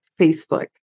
Facebook